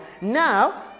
Now